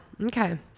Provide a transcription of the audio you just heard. okay